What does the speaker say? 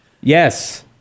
Yes